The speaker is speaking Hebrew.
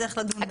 מה זה מהותי?